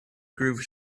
groove